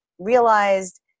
Realized